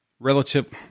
relative